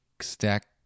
stack